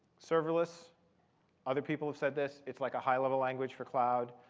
serverless other people have said this it's like a high-level language for cloud.